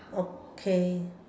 okay